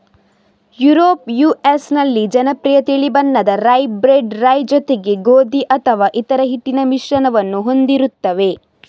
Europe US ನಲ್ಲಿ ಜನಪ್ರಿಯ ತಿಳಿ ಬಣ್ಣದ ರೈ, ಬ್ರೆಡ್ ರೈ ಜೊತೆಗೆ ಗೋಧಿ ಅಥವಾ ಇತರ ಹಿಟ್ಟಿನ ಮಿಶ್ರಣವನ್ನು ಹೊಂದಿರುತ್ತವೆ